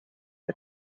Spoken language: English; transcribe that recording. the